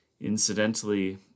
Incidentally